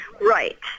right